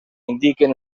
indiquen